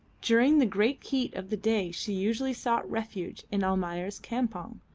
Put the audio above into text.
during the great heat of the day she usually sought refuge in almayer's campong,